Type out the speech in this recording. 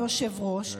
היושב-ראש,